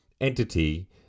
entity